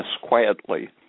quietly